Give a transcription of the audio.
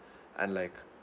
and like